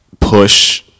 push